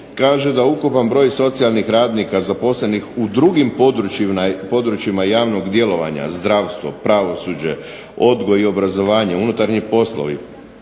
kaže da ukupan broj socijalnih radnika zaposlenih u drugim područjima javnog djelovanja zdravstvo, pravosuđe, odgoj i obrazovanje, unutarnji poslovi